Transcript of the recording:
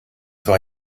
war